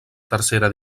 tercera